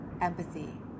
empathy